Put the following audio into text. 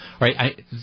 Right